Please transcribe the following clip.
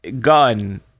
gun